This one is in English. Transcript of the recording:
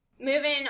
Moving